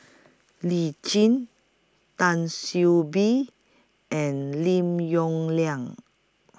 Lee Tjin Tan See Be and Lim Yong Liang